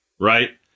right